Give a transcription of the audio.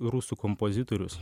rusų kompozitorius